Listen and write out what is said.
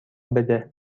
بده